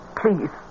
please